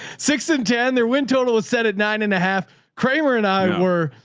six, and ten, their wind total was set at nine and a half kramer and i were,